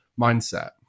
mindset